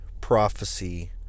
prophecy